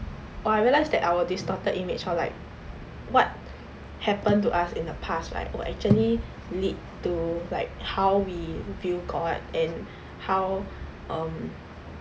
oh I realised that our distorted image of like what happened to us in the past right will actually lead to like how we view god and how um